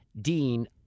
dean